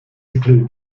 include